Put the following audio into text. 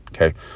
okay